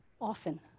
often